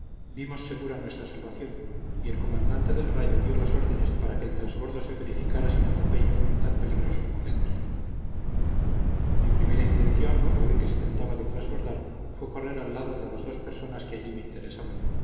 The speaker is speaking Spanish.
vimos segura nuestra salvación y el comandante del rayo dio las órdenes para que el trasbordo se verificara sin atropello en tan peligrosos momentos mi primera intención cuando vi que se trataba de trasbordar fue correr al lado de las dos personas que allí me interesaban